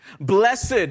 Blessed